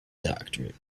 doctorate